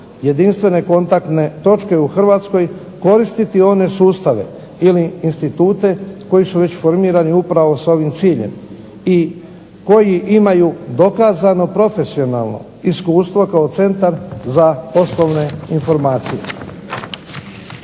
jedinstvene kontaktne točke u Hrvatskoj koristiti one sustave ili institute koji su već formirani upravo sa ovim ciljem i koji imaju dokazano profesionalno iskustvo kao Centar za poslovne informacije.